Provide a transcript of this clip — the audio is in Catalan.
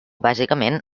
bàsicament